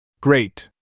Great